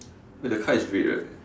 wait the car is red right